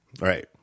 Right